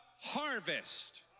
harvest